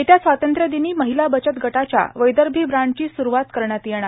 येत्या स्वातंत्र्य दिनी महिला बचत गटाच्या वैदर्भी ब्रान्डची स्रूवात करण्यात येणार